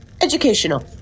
Educational